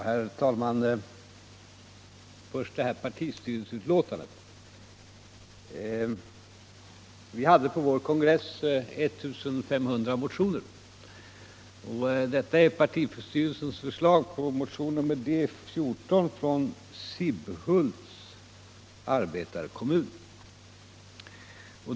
Herr talman! Först vill jag ta upp det här partistyrelseutlåtandet. Vi hade på vår kongress 1500 motioner. Detta är partistyrelsens förslag på motion nr D 14 från Sibbhults arbetarkommun.